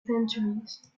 centuries